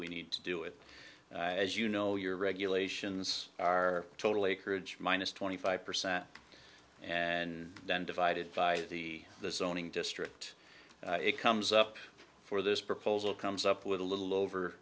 we need to do it as you know your regulations are totally acreage minus twenty five percent and then divided by the the zoning district it comes up for this proposal comes up with a little over